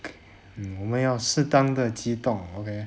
我们要适当的激动 okay